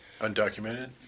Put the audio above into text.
Undocumented